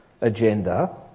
agenda